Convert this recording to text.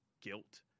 guilt